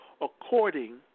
according